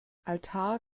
altar